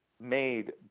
made